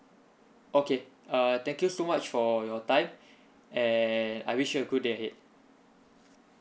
okay uh thank you so much for your time and I wish you a good day ahead